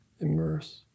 immerse